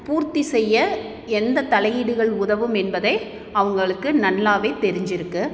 பூர்த்தி செய்ய எந்த தலையீடுகள் உதவும் என்பது அவங்களுக்கு நல்லாவே தெரிஞ்சுருக்கு